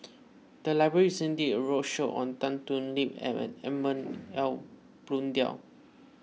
the library recently did a roadshow on Tan Thoon Lip and Edmund Blundell